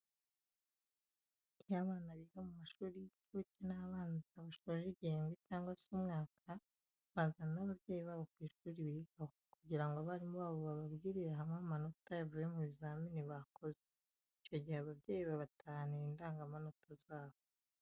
Iyo abana biga mu mashuri y'incuke n'abanza basoje igihembwe cyangwa se umwaka, bazana n'ababyeyi babo ku ishuri bigaho, kugira ngo abarimu babo bababwirire hamwe amanota yavuye mu bizamini bakoze. Icyo gihe ababyeyi babatahanira indangamanota zabo.